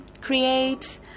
create